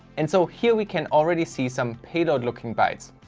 and so here we can already see some payload looking bytes.